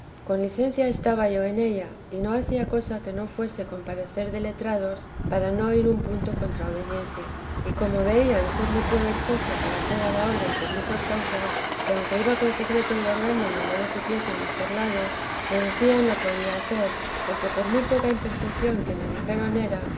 con licencia estaba yo en ella y no hacía cosa que no fuese con parecer de letrados para no ir un punto contra obediencia y como veían ser muy provechoso para toda la orden por muchas causas que aunque iba con secreto y guardándome no lo supiesen mis perlados me decían lo podía hacer porque por muy poca imperfeción que me dijeran era